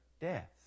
death